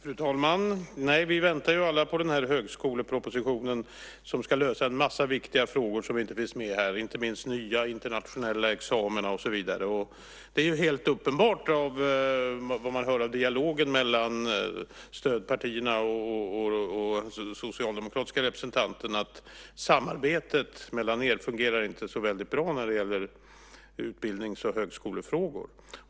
Fru talman! Vi väntar alla på högskolepropositionen, som ska lösa en massa viktiga frågor som inte finns med här. Det gäller inte minst nya internationella examina och så vidare. Efter vad man hör av dialogen mellan stödpartierna och den socialdemokratiska representanten är det helt uppenbart att samarbetet mellan er inte fungerar så bra när det gäller utbildnings och högskolefrågor.